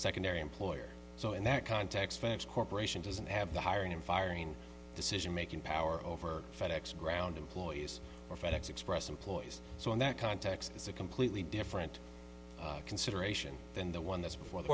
secondary employer so in that context facts corporation doesn't have the hiring and firing decision making power over fed ex ground employees or fed ex express employees so in that context is a completely different consideration than the one that's before the